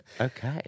Okay